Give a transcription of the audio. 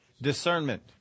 discernment